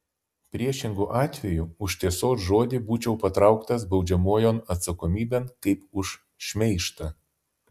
priešingu atveju už tiesos žodį būčiau patrauktas baudžiamojon atsakomybėn kaip už šmeižtą